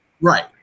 Right